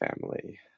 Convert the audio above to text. family